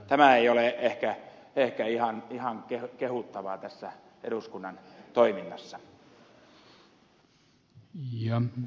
tämä ei ole ehkä ihan kehuttavaa tässä eduskunnan toiminnassa